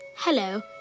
Hello